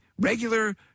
Regular